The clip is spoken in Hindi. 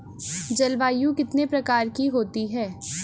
जलवायु कितने प्रकार की होती हैं?